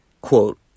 quote